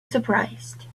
surprised